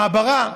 מעברה.